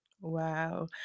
wow